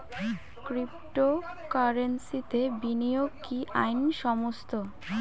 ক্রিপ্টোকারেন্সিতে বিনিয়োগ কি আইন সম্মত?